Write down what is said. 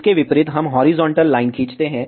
इसके विपरीत हम हॉरिजॉन्टल लाइन खींचते हैं